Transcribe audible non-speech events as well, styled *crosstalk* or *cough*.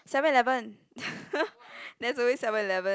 seven eleven *laughs* there's always seven eleven